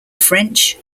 french